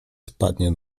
spadnie